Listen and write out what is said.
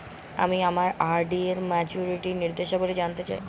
আমি আমার আর.ডি এর মাচুরিটি নির্দেশাবলী জানতে চাই